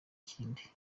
kindi